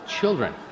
children